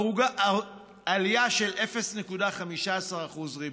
עלייה של 0.15% ריבית.